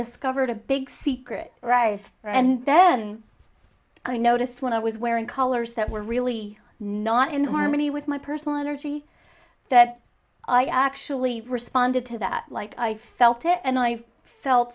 discovered a big secret right there and then i noticed when i was wearing colors that were really not in harmony with my personal energy that i actually responded to that like i felt it and i felt